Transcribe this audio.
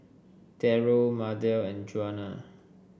Darrell Mardell and Juana